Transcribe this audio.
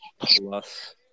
plus